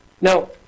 Now